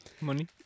Money